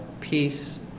peace